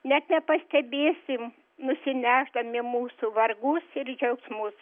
net nepastebėsim nusinešdami mūsų vargus ir džiaugsmus